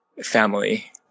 family